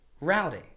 rowdy